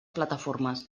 plataformes